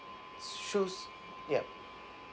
shoes yup